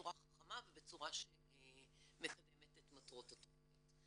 בצורה חכמה ובצורה שמקדמת את מטרות התכנית.